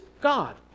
God